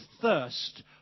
thirst